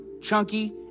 Chunky